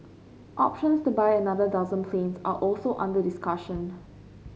options to buy another dozen planes are also under discussion